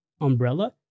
umbrella